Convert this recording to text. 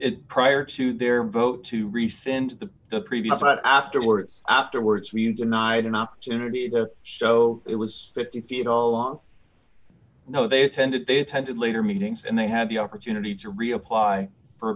it prior to their vote to rescind the the previous but afterwards afterwards we denied an opportunity to go so it was fifty feet all along no they attended they attended later meetings and they had the opportunity to reapply for